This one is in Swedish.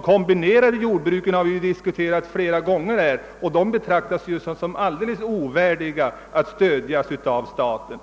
kombinerade jordbruken har vi diskuterat flera gånger — de betraktas såsom helt ovärdiga att stödjas av staten.